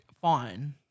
fine